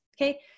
okay